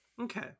Okay